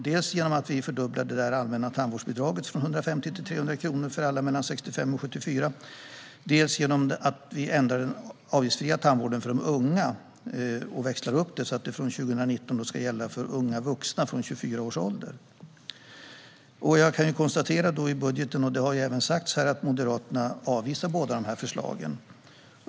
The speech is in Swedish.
Dels fördubblar vi det allmänna tandvårdsbidraget från 150 till 300 kronor för alla mellan 65 och 74 år, dels växlar vi upp den avgiftsfria tandvården för unga, så att den från 2019 ska gälla för unga vuxna upp till 24 års ålder. Jag kan konstatera att Moderaterna avvisar båda dessa förslag.